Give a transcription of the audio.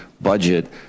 budget